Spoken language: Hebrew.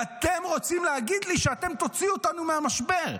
ואתם רוצים להגיד לי שאתם תוציאו אותנו מהמשבר?